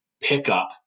pickup